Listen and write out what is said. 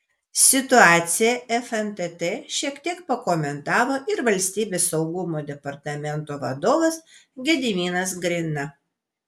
situaciją fntt šiek tiek pakomentavo ir valstybės saugumo departamento vadovas gediminas grina